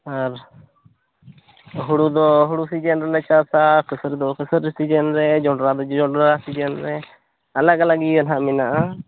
ᱟᱨ ᱦᱩᱲᱩ ᱫᱚ ᱦᱩᱲᱩ ᱥᱤᱡᱤᱱ ᱨᱮᱞᱮ ᱪᱟᱥᱟ ᱠᱟᱹᱥᱟᱹᱨᱤ ᱫᱚ ᱠᱟᱹᱥᱟᱹᱨᱤ ᱥᱤᱡᱤᱱ ᱨᱮ ᱡᱚᱱᱰᱨᱟ ᱫᱚ ᱡᱚᱱᱰᱨᱟ ᱥᱤᱡᱤᱱ ᱨᱮ ᱟᱞᱟᱜ ᱟᱞᱟᱜ ᱤᱭᱟᱹ ᱱᱟᱦᱟᱜ ᱢᱮᱱᱟᱜᱼᱟ